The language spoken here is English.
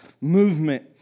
movement